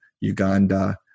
Uganda